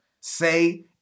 Say